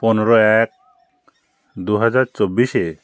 পনেরো এক দু হাজার চব্বিশে